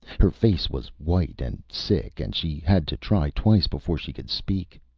her face was white and sick, and she had to try twice before she could speak.